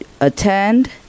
Attend